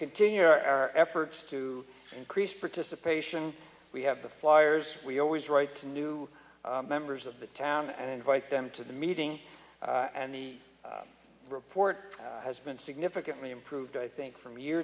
continue our efforts to increase participation we have the flyers we always write to new members of the town and invite them to the meeting and the report has been significantly improved i think from year